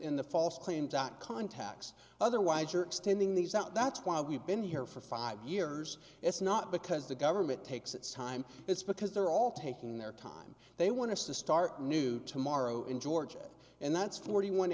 in the false claims act contacts otherwise you're extending these out that's why we've been here for five years it's not because the government takes its time it's because they're all taking their time they want to start new tomorrow in georgia and that's forty one